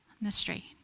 Mystery